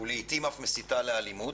ולעיתים אף מסיתה לאלימות.